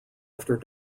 after